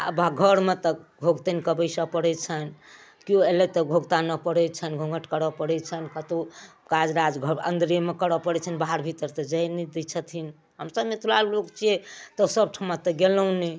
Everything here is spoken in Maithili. आब घरमे तऽ घोघ तानि कऽ बैसऽ पड़ै छनि केओ अयलैथ तऽ घोघ तानऽ पड़ै छनि घुँघट करऽ पड़ै छनि कतौ काज राज घरके अन्दरेमे करऽ पड़ै छनि बाहर भीतर तऽ जाय नहि दै छथिन हमसभ मिथलाके लोक छियै तऽ सभठमा तऽ गेलहुॅं नहि